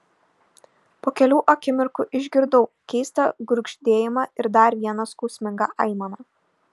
po kelių akimirkų išgirdau keistą gurgždėjimą ir dar vieną skausmingą aimaną